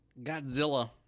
Godzilla